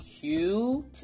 cute